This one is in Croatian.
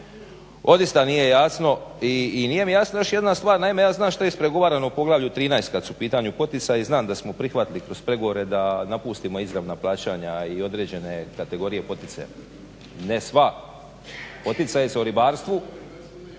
odista nije jasno. I nije mi jasna još jedna stvar, naime ja znam što je ispregovarano u poglavlju 13.kad su u pitanju poticaji, znam da smo prihvatili kroz pregovore da napustimo izravna plaćanja i određene kategorije poticaja. Ne sva. Poticaji su u ribarstvu.